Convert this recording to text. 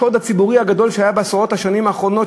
השוד הציבורי הגדול שהיה בעשרות השנים האחרונות,